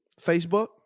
Facebook